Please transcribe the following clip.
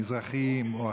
מזרחים או אחרים,